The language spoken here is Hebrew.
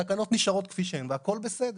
התקנות נשארות כפי שהן והכל בסדר.